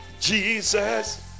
jesus